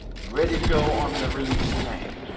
ready to go on the release train.